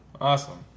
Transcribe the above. Awesome